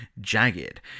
Jagged